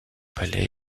palais